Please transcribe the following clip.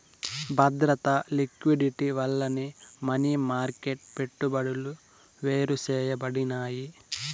బద్రత, లిక్విడిటీ వల్లనే money market పెట్టుబడులు వేరుసేయబడినాయి